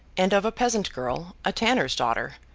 and of a peasant girl, a tanner's daughter,